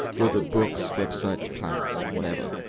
whether books, websites, plaques. whatever.